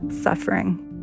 suffering